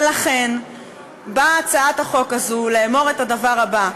לכן באה הצעת החוק הזאת לאמור את הדבר הבא: